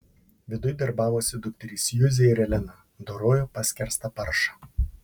viduj darbavosi dukterys juzė ir elena dorojo paskerstą paršą